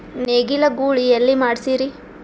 ನೇಗಿಲ ಗೂಳಿ ಎಲ್ಲಿ ಮಾಡಸೀರಿ?